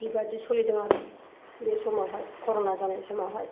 बिबादि सलिदों आरो बे समावहाय कर'ना जानाय समावहाय